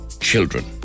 children